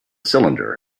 cylinder